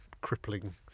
crippling